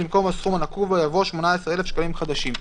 במקום הסכום הנקוב בה יבוא "18,000 שקלים חדשים".